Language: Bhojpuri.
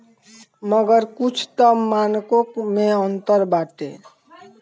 मगर कुछ तअ मानको मे अंतर बाटे